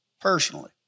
personally